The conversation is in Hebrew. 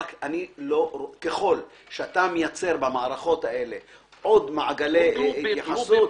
ככל שאתה מייצר במערכות האלה עוד מעגלי התייחסות,